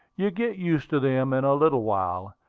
you get used to them in a little while,